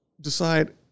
decide